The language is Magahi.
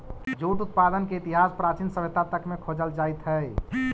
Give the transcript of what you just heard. जूट उत्पादन के इतिहास प्राचीन सभ्यता तक में खोजल जाइत हई